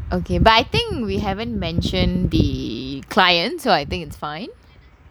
I think we haven't mention the clients who I think it's fine